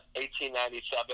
1897